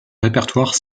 répertoire